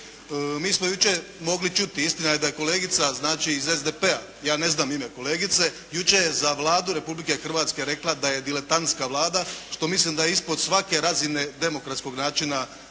Mi smo jučer mogli čuti, istina je da je kolegica znači iz SDP-a, ja ne znam ime kolegice, jučer je za Vladu Republike Hrvatske rekla da je diletantska Vlada što mislim da je ispod svake razine demokratskog načina